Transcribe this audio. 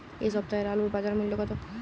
এ সপ্তাহের আলুর বাজার মূল্য কত?